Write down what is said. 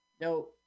No